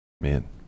man